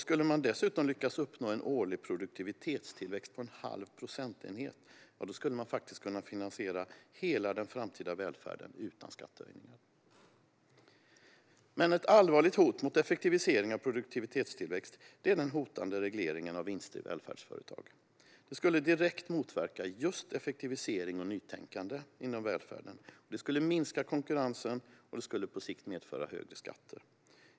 Skulle man dessutom lyckas uppnå en årlig produktivitetstillväxt på en halv procentenhet skulle man faktiskt kunna finansiera hela den framtida välfärden utan skattehöjningar. Ett allvarligt hot mot effektiviseringar och produktivitetstillväxt är dock den hotande regleringen av vinster i välfärdsföretag. Den skulle direkt motverka just effektivisering och nytänkande inom välfärden, minska konkurrensen och på sikt medföra höjda skatter.